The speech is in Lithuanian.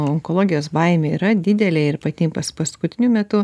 onkologijos baimė yra didelė ir pati pas paskutiniu metu